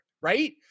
right